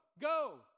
go